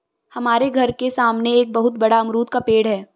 हमारे घर के सामने एक बहुत बड़ा अमरूद का पेड़ है